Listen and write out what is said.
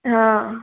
हा